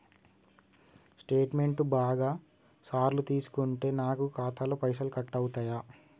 Statement బాగా సార్లు తీసుకుంటే నాకు ఖాతాలో పైసలు కట్ అవుతయా?